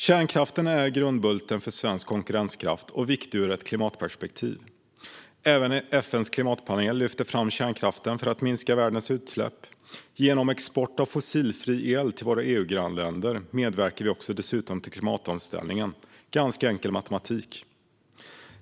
Kärnkraften är grundbulten för svensk konkurrenskraft och viktig ur ett klimatperspektiv. Även FN:s klimatpanel lyfter fram kärnkraften för att minska världens utsläpp. Genom export av fossilfri el till våra EU-grannländer medverkar vi dessutom till klimatomställningen. Det är ganska enkel matematik.